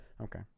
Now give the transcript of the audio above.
Okay